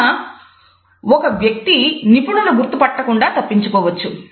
అయినా ఒక వ్యక్తి నిపుణులు గుర్తు పట్టకుండా తప్పించుకోవచ్చు